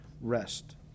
rest